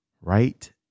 right